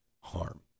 harm